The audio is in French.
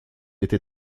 était